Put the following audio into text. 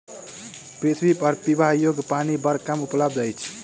पृथ्वीपर पीबा योग्य पानि बड़ कम उपलब्ध अछि